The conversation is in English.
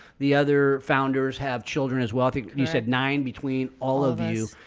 the other founders have children as well. i think you said nine between all of you.